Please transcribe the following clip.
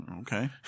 Okay